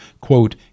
quote